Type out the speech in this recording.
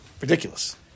ridiculous